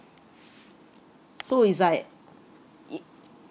so it's like it